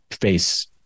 face